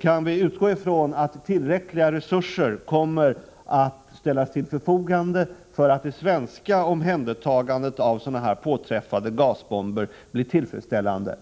Kan vi utgå från att tillräckliga resurser kommer att ställas till förfogande för att det svenska omhändertagandet av påträffade gasbomber blir tillfredsställande?